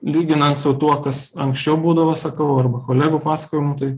lyginant su tuo kas anksčiau būdavo sakau arba kolegų pasakojimų tai